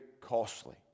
costly